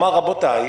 נאמר: רבותיי,